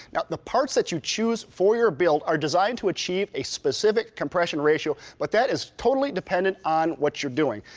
now the parts that you choose for your build are designed to achieve a specific compression ratio but that is totally dependent on what you're doing.